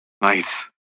Nice